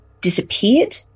disappeared